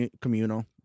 communal